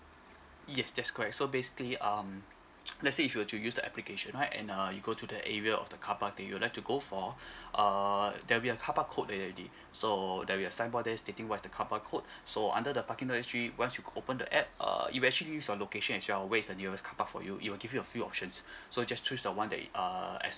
yes that's correct so basically um let's say if you were to use the application right and uh you go to the area of the carpark that you'll like to go for err there'll be a carpark code there already so there'll be a signboard there stating what's the carpark code so under the parking dot S G once you open the app uh it will actually use your location as well where is the nearest carpark for you it will give you a few options so just choose the one that err as